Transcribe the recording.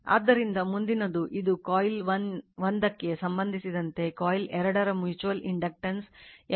ಆದ್ದರಿಂದ ಮುಂದಿನದು ಇದು ಕಾಯಿಲ್ 1 ಗೆ ಸಂಬಂಧಿಸಿದಂತೆ ಕಾಯಿಲ್ 2 ರ mutual inductance M 2 1 ಎಂಬ ಎರಡು ಸುರುಳಿಗಳೆಂದು ಕರೆಯೋಣ